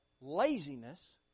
laziness